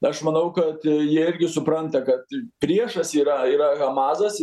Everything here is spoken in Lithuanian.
aš manau kad jie irgi supranta kad priešas yra yra hamazas